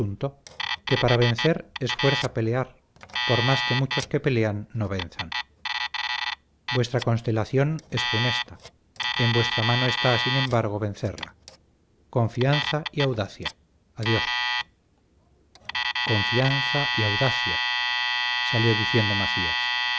que para vencer es fuerza pelear por más que muchos que pelean no venzan vuestra constelación es funesta en vuestra mano está sin embargo vencerla confianza y audacia adiós confianza y audacia salió diciendo macías